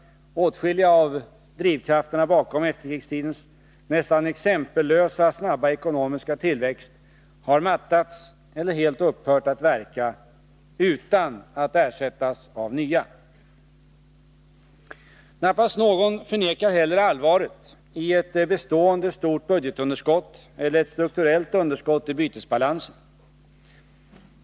Åtskilliga av drivkrafterna bakom efterkrigstidens nästan exempellösa snabba ekonomiska tillväxt har mattats eller helt upphört att verka utan att ersättas av nya. Knappast någon förnekar heller allvaret i ett bestående stort budgetunderskott eller ett strukturellt underskott i bytesbalansen.